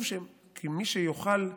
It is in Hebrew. שמי שיאכל חמץ,